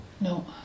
No